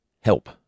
help